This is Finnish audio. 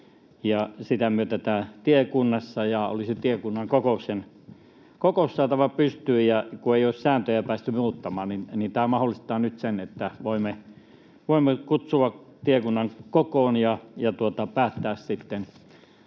sitä myötä tiekunnassa. Olisi sen tiekunnan kokous saatava pystyyn, ja kun ei ole sääntöjä päästy muuttamaan, niin tämä mahdollistaa nyt sen, että voimme kutsua tiekunnan kokoon ja päättää sitten